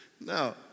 No